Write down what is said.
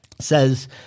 says